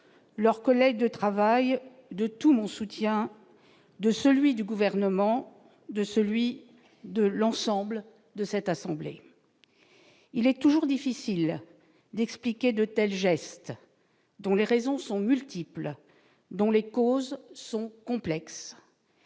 leurs collègues de travail, de tout mon soutien de celui du gouvernement, de celui de l'ensemble de cette assemblée, il est toujours difficile d'expliquer de tels gestes dont les raisons sont multiples, dont les causes sont complexes,